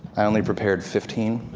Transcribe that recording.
i only prepared fifteen.